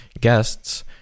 guests